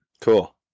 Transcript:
Cool